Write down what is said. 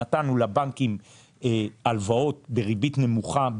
נתנו לבנקים הלוואות בריבית נמוכה,